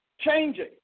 changing